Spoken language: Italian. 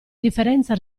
differenza